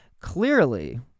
Clearly